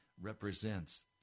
represents